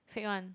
fake [one]